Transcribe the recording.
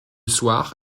soir